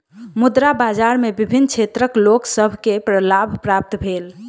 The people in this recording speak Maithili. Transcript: मुद्रा बाजार में विभिन्न क्षेत्रक लोक सभ के लाभ प्राप्त भेल